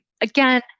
Again